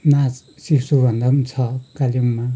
नाच सिक्छु भन्दा पनि छ कालेबुङमा